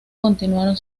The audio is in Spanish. continuaron